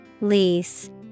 Lease